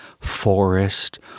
forest